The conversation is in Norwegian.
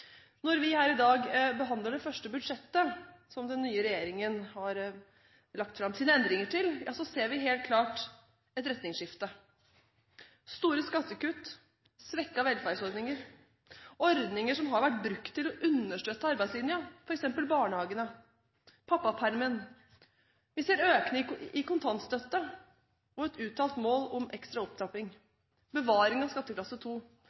Når vi her i dag behandler det første budsjettet som den nye regjeringen har lagt fram sine endringer til, ser vi helt klart et retningsskifte: store skattekutt, svekkede velferdsordninger – ordninger som har vært brukt til å understøtte arbeidslinja, f.eks. barnehagene og pappapermisjonen. Vi ser økning i kontantstøtten og et uttalt mål om ekstra opptrapping samt bevaring av skatteklasse